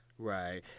Right